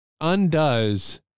undoes